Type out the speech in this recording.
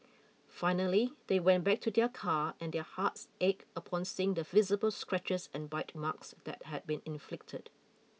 finally they went back to their car and their hearts ached upon seeing the visible scratches and bite marks that had been inflicted